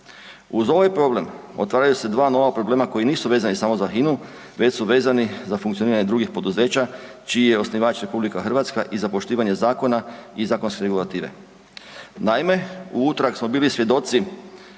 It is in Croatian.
Uz ovaj problem, otvaraju se dva nova problema koji nisu vezani samo za HINA-u već su vezani za funkcioniranje drugih poduzeća čiji je osnivač RH i za poštivanje zakona i zakonske regulative. Naime, u utorak smo bili svjedoci